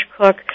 Cook